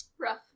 Rough